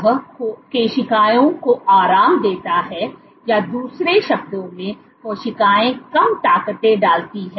यह कोशिकाओं को आराम देता है या दूसरे शब्दों में कोशिकाएं कम ताकतें डालती हैं